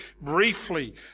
briefly